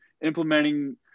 implementing